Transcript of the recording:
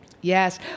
Yes